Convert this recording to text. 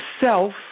self